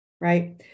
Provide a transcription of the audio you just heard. right